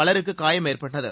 பலருக்கு காயம் ஏற்பட்டது